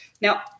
Now